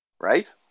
Right